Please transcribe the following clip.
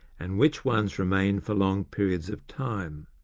and which ones remain for long periods of time.